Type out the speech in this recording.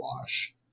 wash